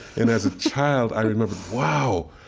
and as a child i remember wow,